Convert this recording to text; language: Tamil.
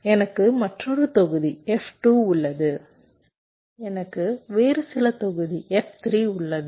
எனக்கு மற்றொரு தொகுதி F2 உள்ளது எனக்கு வேறு சில தொகுதி F3 உள்ளது